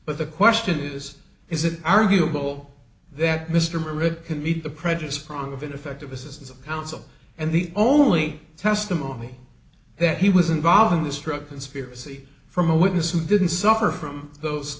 but the question is is it arguable that mr rich can beat the prejudice prong of ineffective assistance of counsel and the only testimony that he was involved in this trip conspiracy from a witness who didn't suffer from those